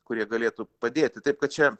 kurie galėtų padėti taip kad čia